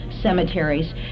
cemeteries